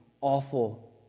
awful